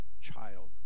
child